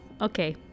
Okay